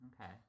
Okay